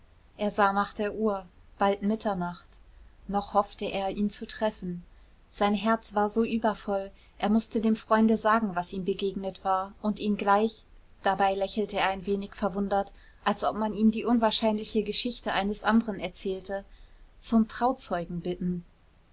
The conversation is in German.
er sah nach der uhr bald mitternacht noch hoffte er ihn zu treffen sein herz war so übervoll er mußte dem freunde sagen was ihm begegnet war und ihn gleich dabei lächelte er ein wenig verwundert als ob man ihm die unwahrscheinliche geschichte eines anderen erzählte zum trauzeugen bitten